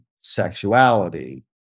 sexuality